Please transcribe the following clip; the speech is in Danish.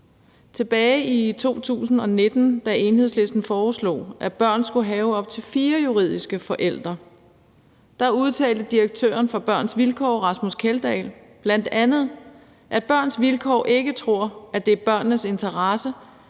Tilbage i 2019, da Enhedslisten foreslog, at børn skulle kunne have op til fire juridiske forælder, udtalte direktøren for Børns Vilkår, Rasmus Kjeldahl, bl.a., at Børns Vilkår ikke tror, at det er i børnenes interesse,